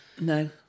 No